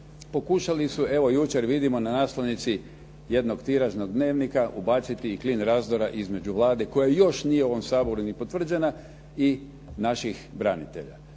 Pokušali su, evo jučer vidimo na naslovnici jednog tiražnog dnevnika, ubaciti i klin razdora između Vlade koja još nije u ovom Saboru ni potvrđena i naših branitelja.